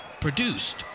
produced